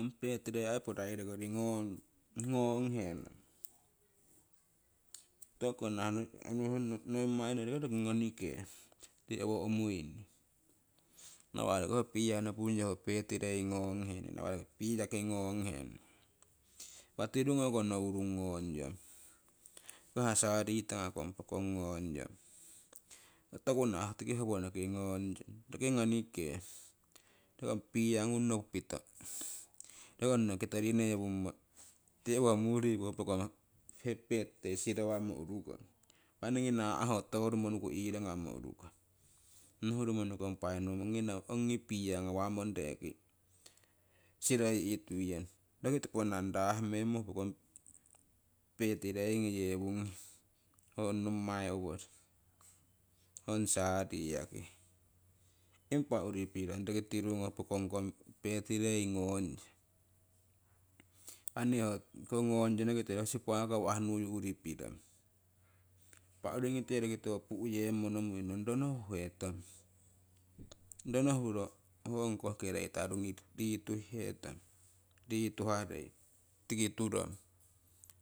Ong birthday ai purairekori gnong henong tokuko nahah nommainno horoki ngonike tii owo umuini nawa' roki ho beer nopingyo ho birthday gnonghene nawah roki beerki ngonghene. Impa tirugnoko nourung ngongye ho ha charlie tanagakong pokong ngongye, toku nahah tiki howoniki ngong yong roki ngonike roki ong beerngung nopupito roki onunno kitori newungmo tii owo muu riku ho pookong happy bithday sirowamo urukong. impa ningii naaho torumonuku iirangamo urukong nuhurumo nuukong pai nohung ongii beer ngawamong rekii siroyi' tuiyong, roki toponinang raahimmo ho pookong birthday ngoye wunghe ho ong nommai oworii ong charlie yaki. Impa urii piirong ho pokong birthday ngongyo. Impa nii hoko ngongyong ngite manni ho sipakawah nuyu urii pirong impah uringite roki tiwono pu'yemmo nomuinong rono huhetong, rono huro ho koh grader retuhihetong retuharie tiki turong